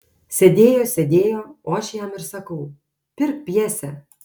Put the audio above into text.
sėdėjo sėdėjo o aš jam ir sakau pirk pjesę